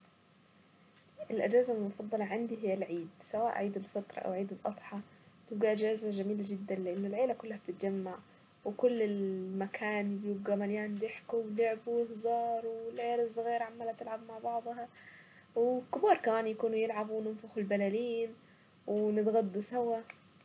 لو كنت اتمنى مهارة حتمنى مهارتين اول حاجة انه اتعلم العزف على الكمنجة لإنه لحن راقي واداة راقية جدا جدا جدا وآلة متميزة جدا وكنت اتمنى انه اعزف على العود علشان اعبر عن مشاعري سواء بالعود او بالكمنجة.